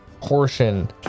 portion